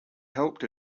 helped